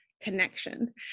connection